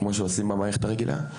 כמו שעושים במערכת הרגילה,